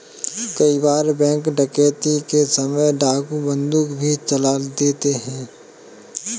कई बार बैंक डकैती के समय डाकू बंदूक भी चला देते हैं